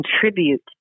contribute